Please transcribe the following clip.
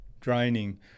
draining